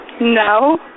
No